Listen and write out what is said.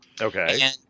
Okay